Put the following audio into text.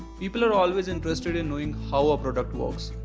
people are always interested in knowing how a product works.